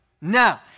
No